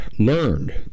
Learned